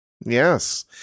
yes